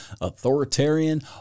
authoritarian